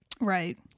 Right